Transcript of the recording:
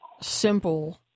simple